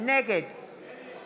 נגד